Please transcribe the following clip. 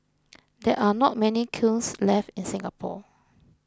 there are not many kilns left in Singapore